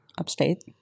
upstate